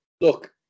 look